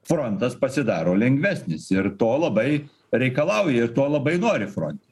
frontas pasidaro lengvesnis ir to labai reikalauja ir to labai nori fronte